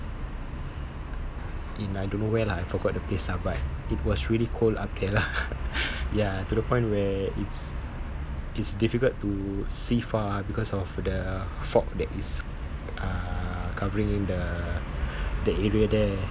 in I don't know where lah I forgot the place lah but it was really cold up there lah ya to the point where it's it's difficult to see far because of the fog that is uh covering the the area there